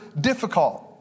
difficult